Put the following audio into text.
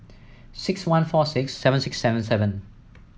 six one four six seven six seven seven